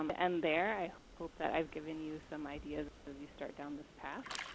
um and there. i hope that i have given you some ideas as you start down this path.